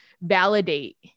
validate